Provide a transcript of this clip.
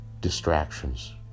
distractions